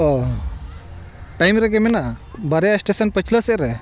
ᱚ ᱴᱟᱭᱤᱢ ᱨᱮᱜᱮ ᱢᱮᱱᱟᱜᱼᱟ ᱵᱟᱨᱭᱟ ᱥᱴᱮᱥᱚᱱ ᱯᱟᱪᱷᱞᱟᱹ ᱥᱮᱫᱨᱮ